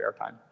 airtime